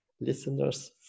listeners